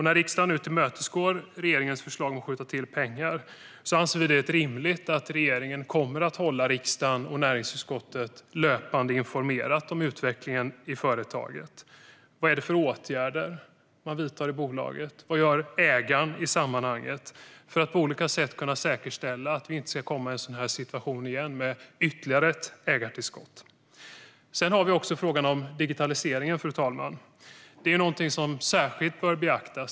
När riksdagen nu tillmötesgår regeringens förslag om att skjuta till pengar anser vi att det är rimligt att regeringen löpande informerar riksdagen och näringsutskottet om utvecklingen i företaget. Vad är det för åtgärder man vidtar i bolaget? Vad gör ägaren i sammanhanget för att på olika sätt säkerställa att vi inte hamnar i en sådan här situation igen med ytterligare ett ägartillskott? Vi har också frågan om digitaliseringen, fru talman. Det är någonting som särskilt bör beaktas.